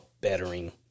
bettering